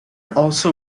also